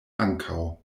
ankaŭ